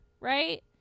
right